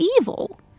evil